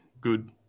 good